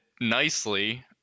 nicely